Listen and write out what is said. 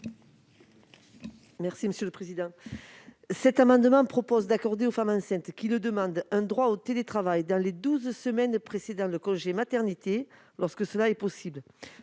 est à Mme Guylène Pantel. Cet amendement tend à accorder aux femmes enceintes qui le demandent un droit au télétravail dans les douze semaines précédant le congé maternité, lorsque cela est possible.